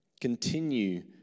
continue